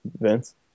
Vince